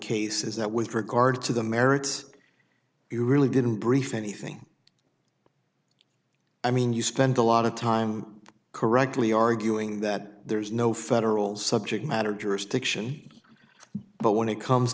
case is that with regard to the merits you really didn't brief anything i mean you spend a lot of time correctly arguing that there is no federal subject matter jurisdiction but when it comes